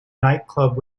nightclub